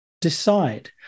decide